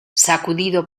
sacudido